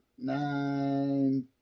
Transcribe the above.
Nine